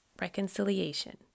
Reconciliation